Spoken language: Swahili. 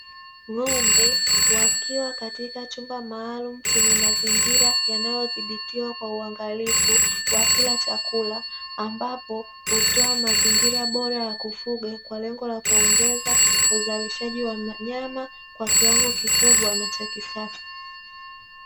Ng'ombe wakiwa katika chumba maalumu chenye mazingira yanayodhibitiwa kwa uangalifu, wakila chakula ambapo hutoa mazingira bora ya kufuga, kwa lengo la kuongeza uzalishaji wa nyama kwa kiwango kikubwa na cha kisasa.